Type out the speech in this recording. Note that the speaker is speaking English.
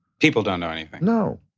people don't know anything? no.